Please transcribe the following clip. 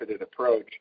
approach